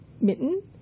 mitten